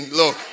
look